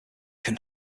can